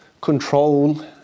control